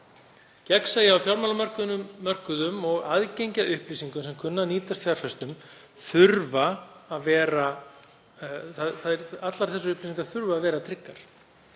Gegnsæi á fjármálamörkuðum og aðgengi að upplýsingum sem kunna að nýtast fjárfestum þarf að vera tryggt, allar þessar upplýsingar þurfa að vera tryggar.